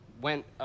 went